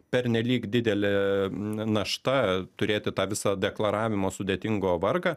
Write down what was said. pernelyg didelė na našta turėti tą visą deklaravimo sudėtingo vargą